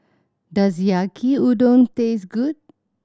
does Yaki Udon taste good